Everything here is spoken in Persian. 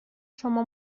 شما